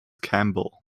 campbell